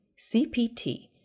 CPT